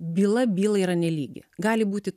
byla bylai yra nelygi gali būti